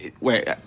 Wait